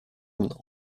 mną